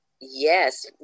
yes